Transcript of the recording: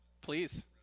Please